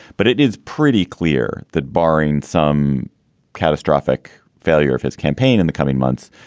but it is pretty clear that barring some catastrophic failure of his campaign in the coming months,